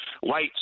white